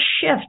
shift